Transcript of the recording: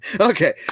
Okay